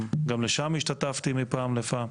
שגם בהם השתתפתי מפעם לפעם.